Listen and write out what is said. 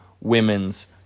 Women's